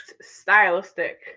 stylistic